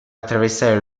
attraversare